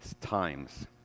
times